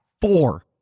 four